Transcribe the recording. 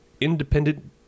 independent